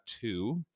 two